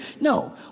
No